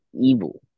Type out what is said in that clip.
evil